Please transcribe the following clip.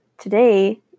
today